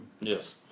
yes